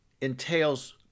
entails